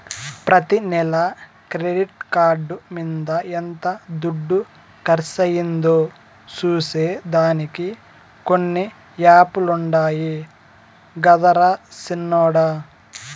ప్రతి నెల credit card మింద ఎంత దుడ్డు కర్సయిందో సూసే దానికి కొన్ని యాపులుండాయి గదరా సిన్నోడ